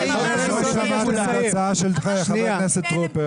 אתם לא שמעתם את ההצעה של חבר הכנסת טרופר.